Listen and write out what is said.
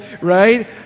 right